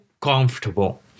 comfortable